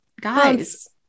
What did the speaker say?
guys